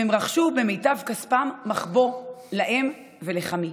והם רכשו במיטב כספם מחבוא להם ולחמי.